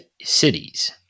cities